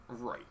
Right